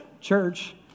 church